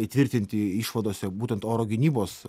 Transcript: įtvirtinti išvadose būtent oro gynybos